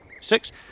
Six